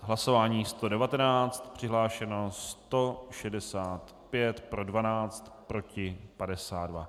Hlasování 119, přihlášeno 165, pro 12, proti 52.